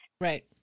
Right